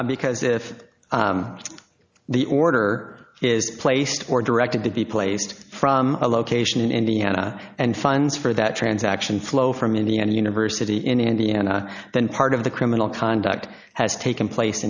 because if the order is placed more directed to be placed from a location in indiana and fines for that transaction flow from indiana university in indiana then part of the criminal conduct has taken place